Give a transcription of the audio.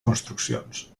construccions